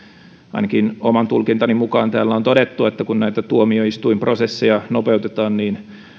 ainakin oman tulkintani mukaan täällä on todettu että kun näitä tuomioistuinprosesseja nopeutetaan niin